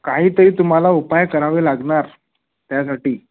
काहीतरी तुम्हाला उपाय करावे लागणार त्यासाठी